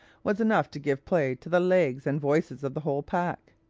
was enough to give play to the legs and voices of the whole pack.